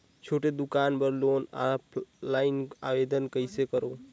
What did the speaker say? छोटे दुकान बर लोन ऑफलाइन आवेदन कइसे करो?